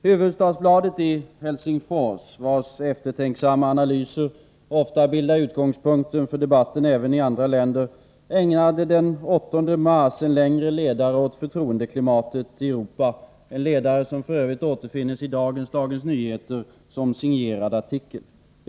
Hufvudstadsbladet i Helsingfors, vars eftertänksamma analyser ofta bildar utgångspunkt för debatten även i andra länder, ägnade den 8 mars en längre ledare åt förtroendeklimatet i Europa — en ledare som f. ö. återfinns i dagens Dagens Nyheter som signerad artikel.